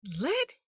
let